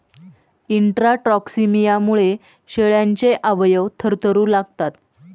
इंट्राटॉक्सिमियामुळे शेळ्यांचे अवयव थरथरू लागतात